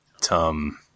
tom